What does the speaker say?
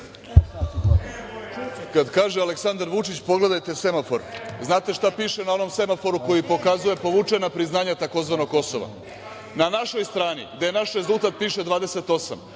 Kada kaže Aleksandar Vučić – pogledajte semafor, znate šta piše na onom semaforu koji pokazuje povučena priznanja tzv. Kosova? Na našoj strani, gde je naš rezultat piše 28.